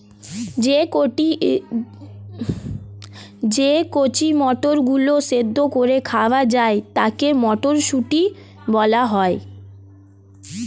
যে কচি মটরগুলো সেদ্ধ করে খাওয়া যায় তাকে মটরশুঁটি বলা হয়